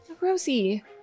Rosie